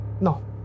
No